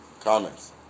Comments